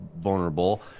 vulnerable